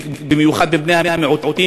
במיוחד מבני המיעוטים,